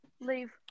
Leave